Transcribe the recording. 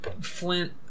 Flint